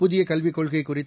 புதிய கல்விக் கொள்கை குறித்து